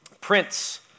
Prince